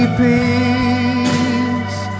peace